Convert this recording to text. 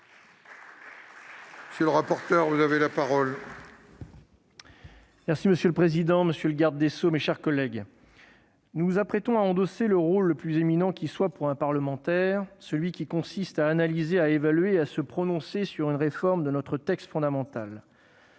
M. le rapporteur pour avis. Monsieur le président, monsieur le garde des sceaux, mes chers collègues, nous nous apprêtons à endosser le rôle le plus éminent qui soit pour un parlementaire, celui qui consiste à analyser, à évaluer et à se prononcer sur une réforme de notre texte fondamental.